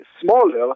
smaller